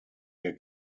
der